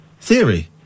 theory